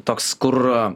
toks kur